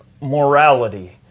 Morality